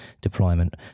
deployment